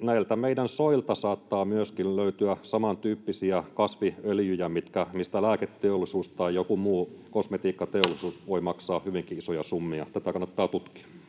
näiltä meidän soilta saattaa myöskin löytyä samantyyppisiä kasviöljyjä, mistä lääketeollisuus tai joku muu kosmetiikkateollisuus voi maksaa hyvinkin isoja summia. Tätä kannattaa tutkia.